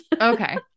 okay